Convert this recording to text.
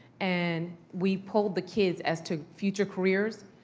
and we pull the kids as to future careers,